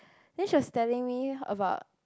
then she was telling me about